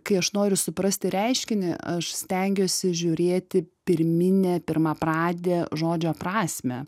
kai aš noriu suprasti reiškinį aš stengiuosi žiūrėti pirminę pirmapradę žodžio prasmę